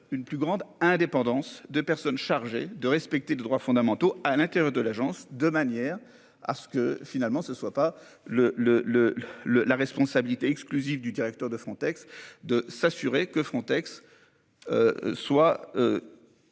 une plus grande indépendance de personnes chargées de respecter les droits fondamentaux à l'intérieur de l'agence de manière à ce que finalement ce soit pas le le le le la responsabilité exclusive du directeur de Frontex de s'assurer que Frontex. Soit.